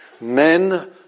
Men